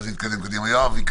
ח"כ יואב סגלוביץ',